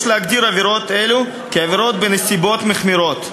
יש להגדיר עבירות אלו כעבירות בנסיבות מחמירות.